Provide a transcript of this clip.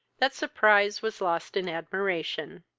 that surprise was lost in admiration.